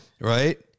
right